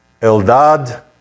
Eldad